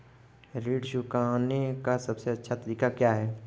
ऋण चुकाने का सबसे अच्छा तरीका क्या है?